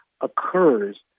occurs